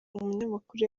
umunyamakuru